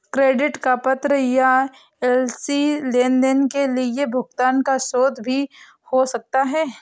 credit का पत्र या एल.सी लेनदेन के लिए भुगतान का स्रोत भी हो सकता है